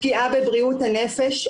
פגיעה בבריאות הנפש,